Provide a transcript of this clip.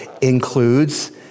includes